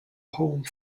home